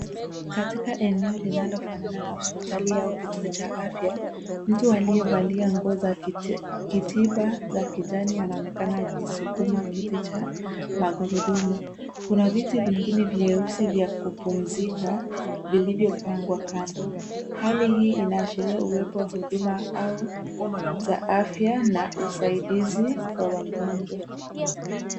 Katika eneo linalofanana na hospitali au kituo cha afya, mtu aliyevalia nguo za kitiba za kijani anaonekana akisukuma kiti cha magurudumu. Kuna viti vingine vyeusi vya kupumzika, vilivyopangwa kando. Hali hii inaashiria uwepo wa huduma au za afya, na usaidizi, kwa wagonjwa.